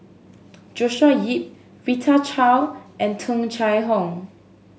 Joshua Ip Rita Chao and Tung Chye Hong